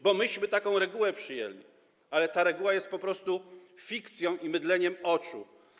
bo myśmy taką regułę przyjęli, ale ta reguła jest po prostu fikcją i mydleniem oczu.